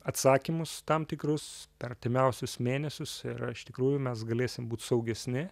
atsakymus tam tikrus per artimiausius mėnesius ir ar iš tikrųjų mes galėsim būt saugesni